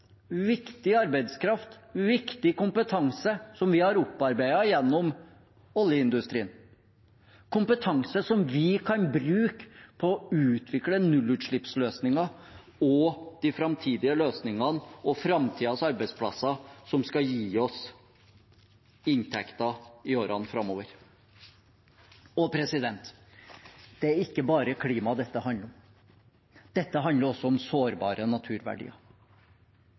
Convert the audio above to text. viktig arbeidskraft, viktig kompetanse som vi har opparbeidet gjennom oljeindustrien, kompetanse som vi kan bruke på å utvikle nullutslippsløsninger, de framtidige løsningene og framtidens arbeidsplasser, som skal gi oss inntekter i årene framover. Det er ikke bare klima dette handler om. Dette handler også om sårbare naturverdier.